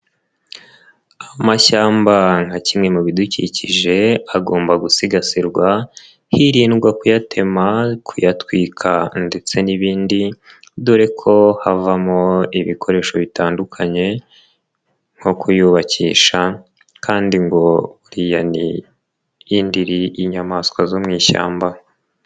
Amashyamba nka kimwe mu bidukikije agomba gusigasirwa hirindwa kuyatema, kuyatwika ndetse n'ibindi dore ko havamo ibikoresho bitandukanye nko kuyubakisha kandi ngo buriya ni indiri y'inyamaswa zo mu ishyamba.